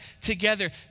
together